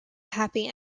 happy